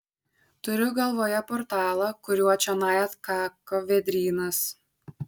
turiu galvoje portalą kuriuo čionai atkako vėdrynas